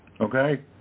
Okay